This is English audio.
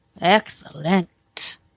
Excellent